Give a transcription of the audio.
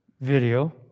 video